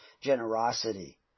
generosity